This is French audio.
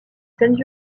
scènes